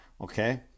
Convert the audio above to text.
Okay